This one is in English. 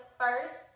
first